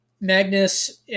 Magnus